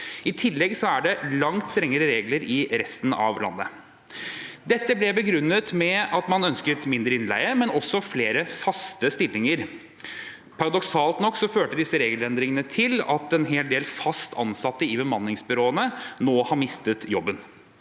I tillegg er det langt strengere regler i resten av landet. Dette ble begrunnet med at man ønsket mindre innleie, men også flere faste stillinger. Paradoksalt nok førte disse regelendringene til at en hel del fast ansatte i bemanningsbyråene nå har mistet jobben.